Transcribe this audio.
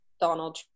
Donald